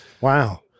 Wow